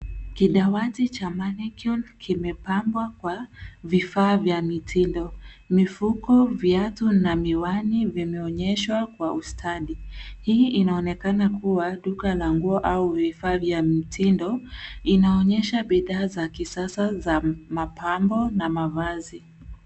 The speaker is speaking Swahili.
Kidawati cha mannequin kimepambwa kwa vifaa vya mitindo, mifuko, viatu na miwani vimeonyeshwa kwa ustadi. Hii inaonekana kuwa duka la nguo au vifaa vya mitindo, inaonyesha bidha za kisasa za mapambo na mavazi.